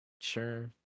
sure